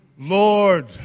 Lord